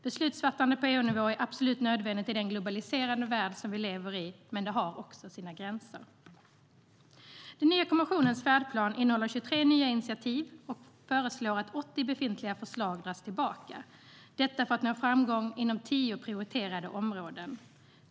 Beslutfattande på EU-nivå är absolut nödvändigt i den globaliserade värld vi lever i, men det har också sina gränser. Den nya kommissionens färdplan innehåller 23 nya initiativ och föreslår att 80 befintliga förslag dras tillbaka - detta för att nå framgång inom tio prioriterade områden.